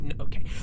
Okay